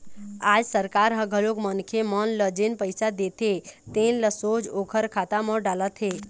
आज सरकार ह घलोक मनखे मन ल जेन पइसा देथे तेन ल सोझ ओखर खाता म डालत हे